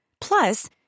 Plus